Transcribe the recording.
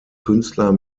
künstler